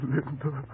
Linda